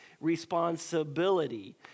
responsibility